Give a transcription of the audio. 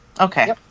Okay